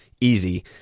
easy